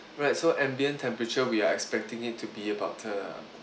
alright so ambient temperature we are expecting it to be about uh